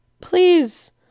please